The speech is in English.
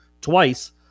twice